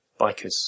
bikers